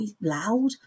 loud